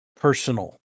personal